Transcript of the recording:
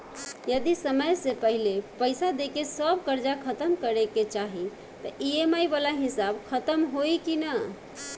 जदी समय से पहिले पईसा देके सब कर्जा खतम करे के चाही त ई.एम.आई वाला हिसाब खतम होइकी ना?